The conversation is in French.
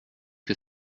que